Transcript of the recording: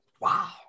Wow